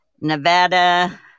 Nevada